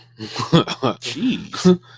Jeez